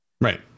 Right